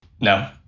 No